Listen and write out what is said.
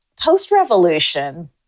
post-revolution